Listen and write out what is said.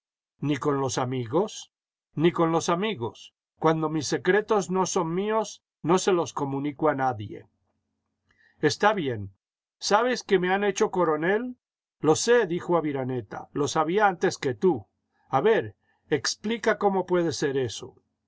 ni con los amigos ni con los amigos cuando mis secretos no son míos no se los comunico a nadie está bien sabes que me han hecho coronel lo sé dijo aviraneta lo sabía antes que tú a ver explica cómo puede ser eso